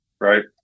right